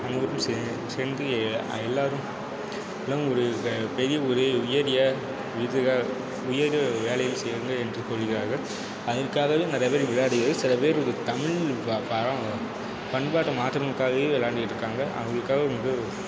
அனைவரும் சேர்ந்து எல்லோரும் பெரிய ஒரு உயரிய இதில் உயரிய வேலையில் சேருங்கள் என்று கூறுகிறார்கள் அதற்காகவே நிறையா பேர் விளையாட்டுகளில் சில பேர் ஒரு தமிழ் பண்பாட்டை மாத்தணும்னுக்காகவே விளையாண்டுகிட்டு இருக்காங்க அவங்களுக்காக ஒரு